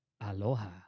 aloha